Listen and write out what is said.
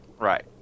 Right